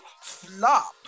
flop